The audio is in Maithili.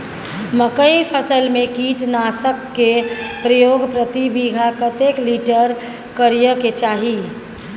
मकई फसल में कीटनासक के प्रयोग प्रति बीघा कतेक लीटर करय के चाही?